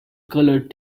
colored